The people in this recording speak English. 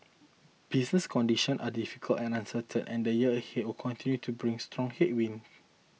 business conditions are difficult and uncertain and the year ahead will continue to bring strong headwinds